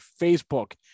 Facebook